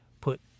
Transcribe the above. put